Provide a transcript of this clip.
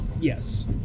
Yes